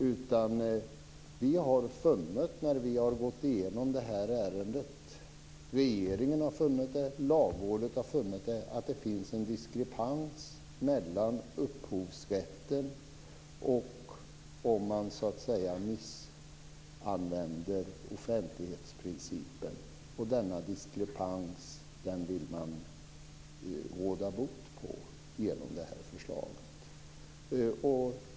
Utskottet, regeringen och Lagrådet har funnit när vi har gått igenom ärendet att det finns en diskrepans mellan upphovsrätten och om man missanvänder offentlighetsprincipen. Denna diskrepans vill man råda bot på genom det här förslaget.